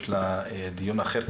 יש לה דיון אחר.